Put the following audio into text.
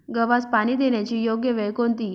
गव्हास पाणी देण्याची योग्य वेळ कोणती?